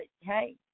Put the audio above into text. hey